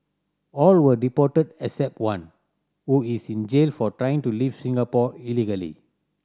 all were deported except one who is in jail for trying to leave Singapore illegally